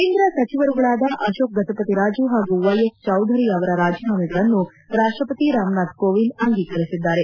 ಕೇಂದ್ರ ಸಚಿವರುಗಳಾದ ಅಕೋಕ್ ಗಜಪತಿರಾಜು ಹಾಗೂ ವೈಎಸ್ ಚೌಧರಿ ಅವರ ರಾಜೀನಾಮೆಗಳನ್ನು ರಾಷ್ಟಪತಿ ರಾಮನಾಥ್ ಕೋವಿಂದ್ ಅಂಗೀಕರಿಸಿದ್ದಾರೆ